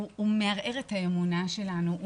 הוא מערער את האמונה שלנו,